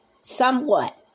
Somewhat